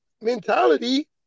mentality